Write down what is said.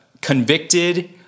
convicted